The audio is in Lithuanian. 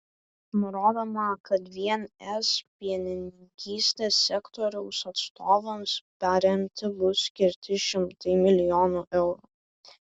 nurodoma kad vien es pienininkystės sektoriaus atstovams paremti bus skirti šimtai milijonų eurų